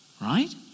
right